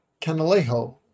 Canalejo